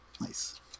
Nice